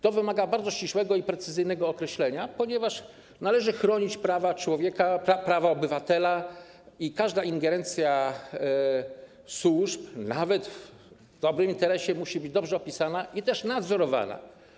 To wymaga bardzo ścisłego i precyzyjnego określenia, ponieważ należy chronić prawa człowieka, prawa obywatela, a zatem każda ingerencja służb, nawet w słusznym interesie, musi być dobrze opisana i nadzorowana.